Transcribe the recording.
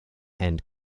and